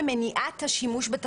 אני פותחת את הישיבה.